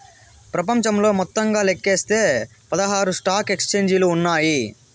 ప్రపంచంలో మొత్తంగా లెక్కిస్తే పదహారు స్టాక్ ఎక్స్చేంజిలు ఉన్నాయి